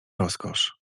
rozkosz